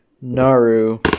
Naru